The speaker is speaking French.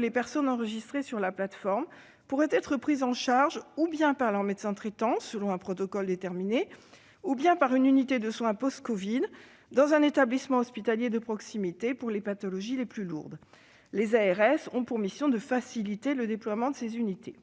les personnes enregistrées sur la plateforme pourront être prises en charge, ou bien par leur médecin traitant- selon un protocole déterminé -, ou bien par une unité de soins post-covid, dans un établissement hospitalier de proximité pour les pathologies les plus lourdes. Les ARS auront pour mission de faciliter le déploiement de ces unités.